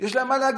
יש מה להגיד.